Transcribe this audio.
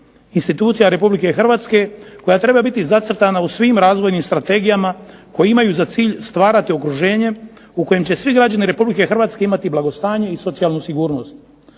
institucija Republike Hrvatske koja treba biti zacrtana u svim razvojnim strategijama koje imaju za cilj stvarati okruženje u kojem će svi građani Republike Hrvatske imati blagostanje i socijalnu sigurnost.